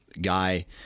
guy